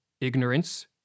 ignorance